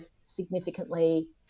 significantly